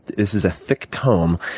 this is a thick tome.